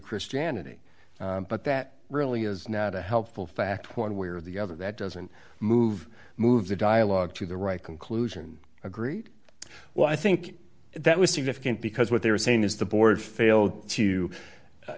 christianity but that really is not a helpful fact one way or the other that doesn't move move the dialogue to the right conclusion agreed well i think that was significant because what they were saying is the board failed to